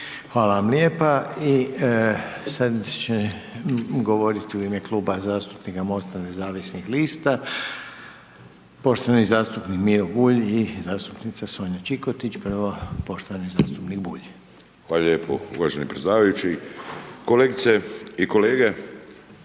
Hvala vam lijepa. I sad će govoriti u ime kluba zastupnika MOST-a nezavisnih lista poštovani zastupnik Miro Bulj i zastupnica Sonja Čikotić, prvo poštovani zastupnik Bulj. **Bulj, Miro (MOST)** Zahvaljujem uvaženi predsjedavajući. Kolegice i kolege,